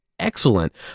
Excellent